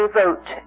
vote